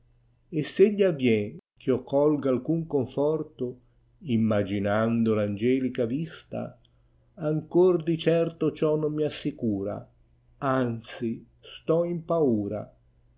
avtien eh io colga alcnn confortot immaginando l'angelica vista ancor di certo ciò non mi assicura anzi sto in paura